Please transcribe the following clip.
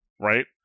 right